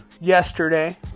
yesterday